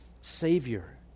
Savior